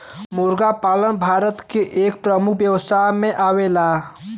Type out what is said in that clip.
मुर्गी पालन भारत के एक प्रमुख व्यवसाय में आवेला